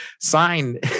Sign